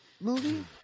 movie